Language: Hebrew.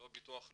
לא ביטוח לאומי,